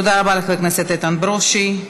תודה לחבר הכנסת איתן ברושי.